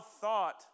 thought